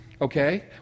okay